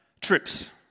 trips